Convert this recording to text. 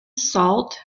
salt